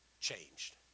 changed